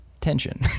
tension